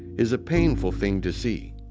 is a painful thing to see.